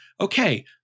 okay